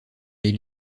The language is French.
les